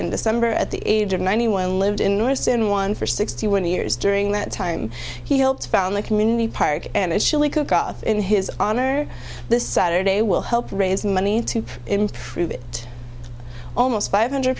in december at the age of ninety one lived in newness in one for sixty one years during that time he helped found the community park and chili cookoff in his honor this saturday will help raise money to improve it almost five hundred